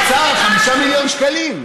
לפי האוצר, 5 מיליון שקלים.